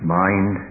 mind